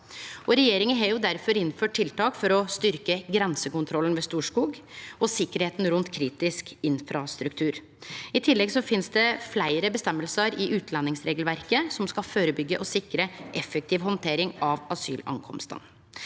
Regjeringa har difor innført tiltak for å styrkje grensekontrollen ved Storskog og tryggleiken rundt kritisk infrastruktur. I tillegg finst det fleire føresegner i utlendingsregelverket som skal førebyggje og sikre effektiv handtering av asylinnkomstar.